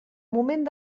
moment